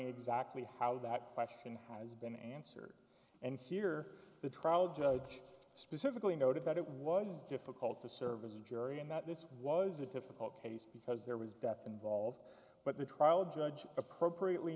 exactly how that question has been answered and here the trial judge specifically noted that it was difficult to service a jury and that this was a difficult case because there was death and volved but the trial judge appropriately